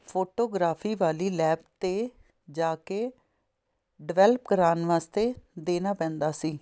photography ਵਾਲੀ lab 'ਤੇ ਜਾ ਕੇ ਡਿਵੈਲਪ ਕਰਾਉਣ ਵਾਸਤੇ ਦੇਣਾ ਪੈਂਦਾ ਸੀ